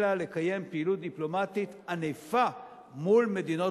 אלא לקיים פעילות דיפלומטית ענפה מול מדינות